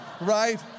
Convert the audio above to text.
Right